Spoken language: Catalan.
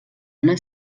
una